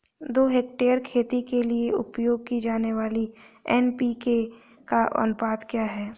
दो हेक्टेयर खेती के लिए उपयोग की जाने वाली एन.पी.के का अनुपात क्या है?